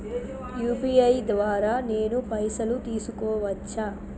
UPI ద్వారా నేను పైసలు తీసుకోవచ్చా?